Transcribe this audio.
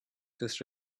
this